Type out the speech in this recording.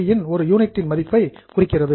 we இன் ஒரு யூனிட்டின் மதிப்பை குறிக்கிறது